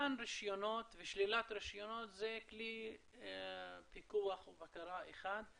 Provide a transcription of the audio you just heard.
מתן רישיונות ושלילת רישיונות זה כלי פיקוח ובקרה אחד,